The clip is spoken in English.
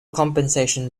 compensation